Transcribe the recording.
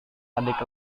adik